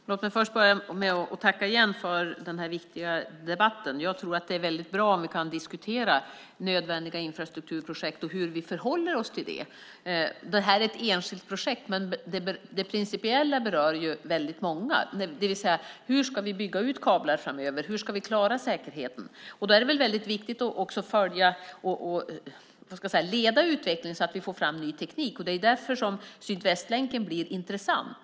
Fru talman! Låt mig först än en gång tacka för den viktiga debatten. Det är bra om vi kan diskutera hur vi förhåller oss till nödvändiga infrastrukturprojekt. Det här är ett enskilt projekt, men det principiella berör många. Hur ska vi bygga ut kablar framöver? Hur ska vi klara säkerheten? Då är det viktigt att leda utvecklingen så att ny teknik tas fram. Det är därför som Sydvästlänken blir intressant.